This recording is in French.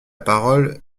parole